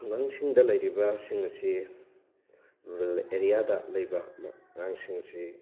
ꯈꯨꯡꯒꯪꯁꯤꯡꯗ ꯂꯩꯔꯤꯕꯁꯤꯡ ꯑꯁꯤ ꯔꯨꯔꯦꯜ ꯑꯦꯔꯤꯌꯥꯗ ꯂꯩꯕ ꯑꯉꯥꯡꯁꯤꯡꯁꯤ